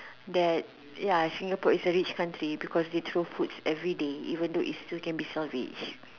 that ya Singapore is a rich country because they throw foods everyday even though it still can be salvaged